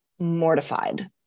mortified